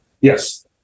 Yes